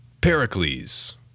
Pericles